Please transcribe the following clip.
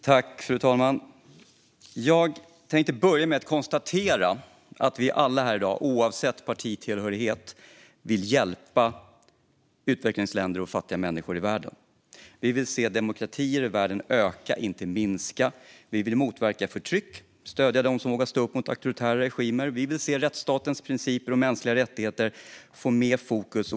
Fru talman! Jag tänkte börja med att konstatera att vi alla här i dag, oavsett partitillhörighet, vill hjälpa utvecklingsländer och fattiga människor i världen. Vi vill se demokratier i världen öka, inte minska. Vi vill motverka förtryck och stödja dem som vågar stå upp mot auktoritära regimer. Vi vill se rättsstatens principer och mänskliga rättigheter få mer fokus.